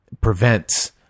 prevents